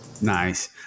nice